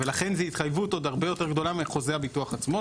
ולכן זו התחייבות עוד הרבה יותר גדולה מחוזה הביטוח עצמו.